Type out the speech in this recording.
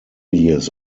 years